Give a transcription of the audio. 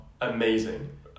amazing